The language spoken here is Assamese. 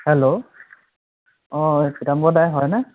হেল্ল' অঁ চিদাম্বৰ দাই হয়নে